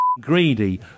greedy